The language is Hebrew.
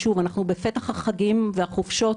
שוב, אנחנו בפתח החגים והחופשות,